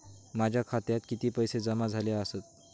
माझ्या खात्यात किती पैसे जमा झाले आसत?